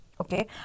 Okay